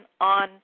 on